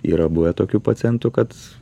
yra buvę tokių pacientų kad